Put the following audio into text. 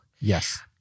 Yes